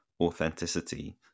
authenticity